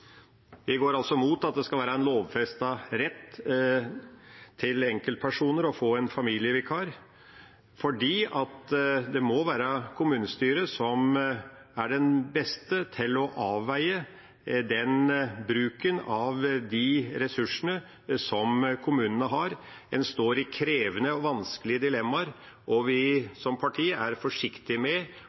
Vi går altså imot at det skal være en lovfestet rett for enkeltpersoner å få en familievikar, fordi det må være kommunestyret som er den beste til å avveie bruken av de ressursene som kommunene har. En står i krevende og vanskelige dilemmaer, og vi som parti er forsiktige med